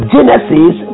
Genesis